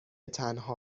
تنها